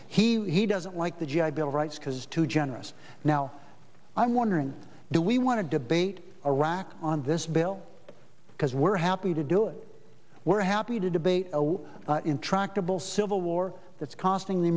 holiday he doesn't like the g i bill of rights because too generous now i'm wondering do we want to debate arac on this bill because we're happy to do it we're happy to debate intractable civil war that's costing the